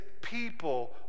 people